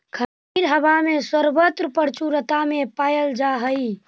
खमीर हवा में सर्वत्र प्रचुरता में पायल जा हई